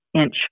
inch